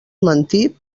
mentir